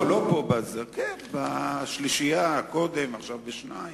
קודם בשלישייה, עכשיו בשניים,